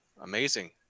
Amazing